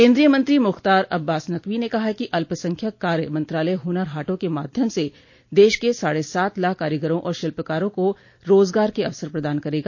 केन्द्रीय मंत्री मुख्तार अब्बास नकवी ने कहा है कि अल्पसंख्यक कार्य मंत्रालय हुनर हाटों के माध्यम से देश के साढ़े सात लाख कारीगरों और शिल्पकारों को रोजगार के अवसर प्रदान करेगा